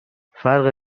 فرق